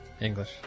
English